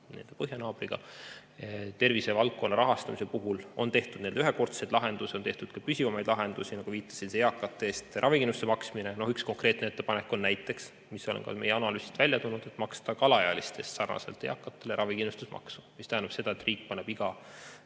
põhjanaabriga. Tervisevaldkonna rahastamise puhul on tehtud ühekordseid lahendusi ja ka püsivamaid lahendusi, nagu viitasin, näiteks eakate eest ravikindlustuse maksmine. Üks konkreetne ettepanek, mis on meie analüüsist välja tulnud, on maksta ka alaealiste eest sarnaselt eakatega ravikindlustusmaksu. See tähendab seda, et riik paneb iga